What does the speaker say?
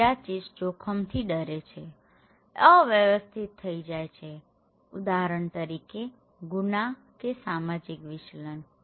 હીરાચીસ્ટ જોખમથી ડરે છે અવ્યવસ્થિત થઈ જાય છે ઉદાહરણ તરીકે ગુના કે સામાજિક વિચલન